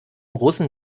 russen